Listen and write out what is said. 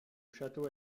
château